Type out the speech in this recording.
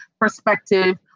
perspective